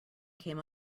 came